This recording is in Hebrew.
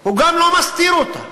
הוא גם לא מסתיר אותה,